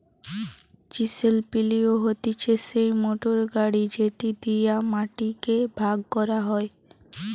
chisel plough হতিছে সেই motor গাড়ি যেটি দিয়া মাটি কে ভাগ করা হয়